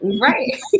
Right